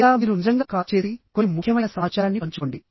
లేదా మీరు నిజంగా కాల్ చేసికొన్ని ముఖ్యమైన సమాచారాన్ని పంచుకోండి